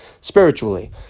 spiritually